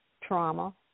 trauma